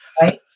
Right